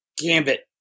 Gambit